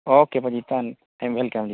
okay ਭਾਅ ਜੀ ਧੰਨ ਵੈਲਕੱਮ ਜੀ